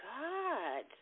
God